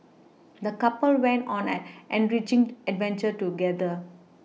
the couple went on an enriching adventure together